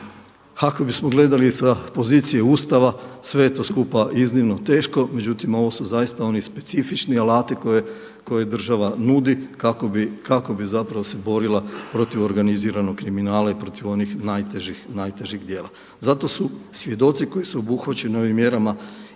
Ako bismo gledali sa pozicije Ustava sve je to skupa iznimno teško, međutim ovo su zaista oni specifični alati koje država nudi kako bi se borila protiv organiziranog kriminala i protiv onih najtežih djela. Zato su svjedoci koji su obuhvaćeni ovim mjerama